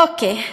אוקיי.